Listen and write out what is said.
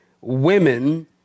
women